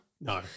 no